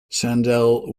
sandel